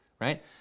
right